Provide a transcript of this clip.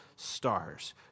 stars